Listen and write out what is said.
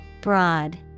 Broad